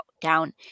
down